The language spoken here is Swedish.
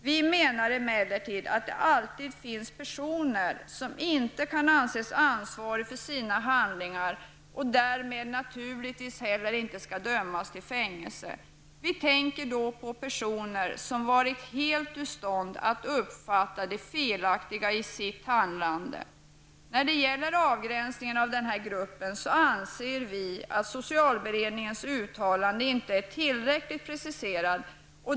Vi menar emellertid att det alltid finns personer som inte kan anses ansvariga för sina handlingar och därmed naturligtvis inte heller skall dömas till fängelse. Vi tänker på personer som varit helt ur stånd att uppfatta det felaktiga i sitt handlande. När det gäller avgränsningen av denna grupp anser vi att socialberedningens uttalande inte är tillräckligt preciserat.